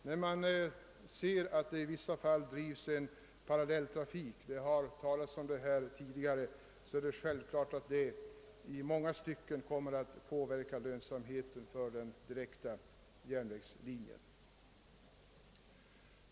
När man ser att det i vissa fall drivs en parallelltrafik av andra statliga trafikföretag — det har talats om detta här tidigare — så är det självklart att detta i många stycken kommer att påverka lönsamheten för den berörda järnvägslinjen.